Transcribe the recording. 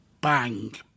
Bang